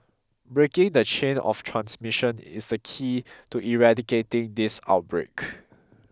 breaking the chain of transmission is the key to eradicating this outbreak